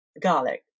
Garlic